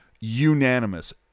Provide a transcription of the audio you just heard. unanimous